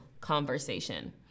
conversation